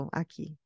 aqui